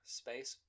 space